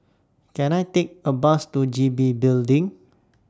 Can I Take A Bus to G B Building